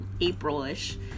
April-ish